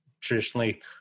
traditionally